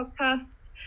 podcasts